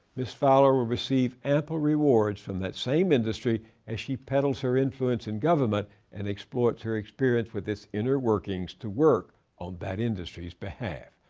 ms. fowler will receive ample rewards from that same industry as she peddles her influence in government and exploits her experience with its inner workings to work on that industry's behalf,